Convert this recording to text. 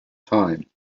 time